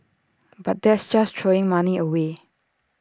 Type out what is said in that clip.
but that's just throwing money away